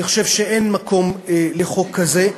אני חושב שאין מקום לחוק כזה.